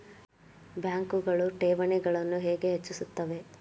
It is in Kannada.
ಬ್ಯಾಂಕುಗಳು ಠೇವಣಿಗಳನ್ನು ಹೇಗೆ ಹೆಚ್ಚಿಸುತ್ತವೆ?